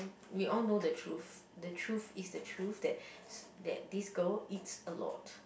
we all know the truth the truth is the truth that s~ that this girl eats a lot